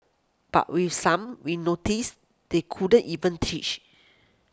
but with some we noticed they couldn't even teach